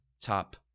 top